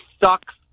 sucks